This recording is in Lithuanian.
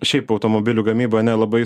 šiaip automobilių gamyba ane labai